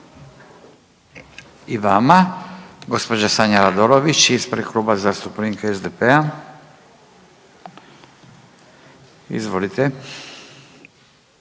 I vama. Gospođa Sanja RAdolović ispred Kluba zastupnika SDP-a. Izvolite.